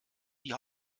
die